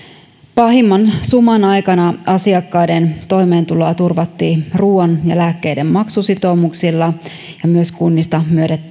pahimman suman aikana asiakkaiden toimeentuloa turvattiin ruoan ja lääkkeiden maksusitoumuksilla ja myös kunnista